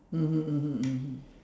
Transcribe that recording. mmhmm mmhmm mmhmm